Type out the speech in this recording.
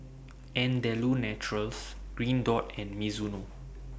Andalou Naturals Green Dot and Mizuno